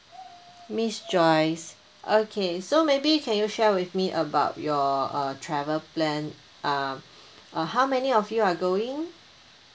miss joyce okay so maybe can you share with me about your uh travel plan uh uh how many of you are going